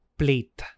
plate